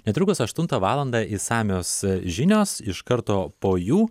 netrukus aštuntą valandą išsamios žinios iš karto po jų